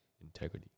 integrity